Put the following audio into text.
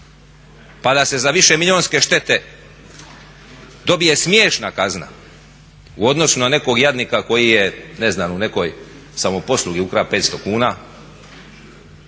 pa da se za višemilijunske štete dobije smiješna kazna u odnosu na nekog jadnika koji je ne znam u nekoj samoposluzi ukrao 500 kuna.